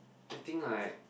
I think I